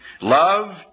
Love